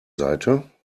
seite